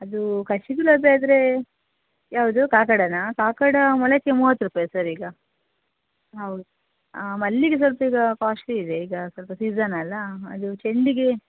ಅದು ಕಸಿ ಗುಲಾಬಿ ಆದರೆ ಯಾವುದು ಕಾಕಡನಾ ಕಾಕಡ ಮೊಳಕ್ಕೆ ಮೂವತ್ತು ರೂಪಾಯಿ ಸರ್ ಈಗ ಹೌದು ಮಲ್ಲಿಗೆ ಸ್ವಲ್ಪ ಈಗ ಕಾಸ್ಟ್ಲಿ ಇದೆ ಈಗ ಸ್ವಲ್ಪ ಸೀಸನ್ ಅಲ್ವ ಅದು ಚೆಂಡಿಗೆ